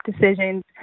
decisions